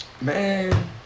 Man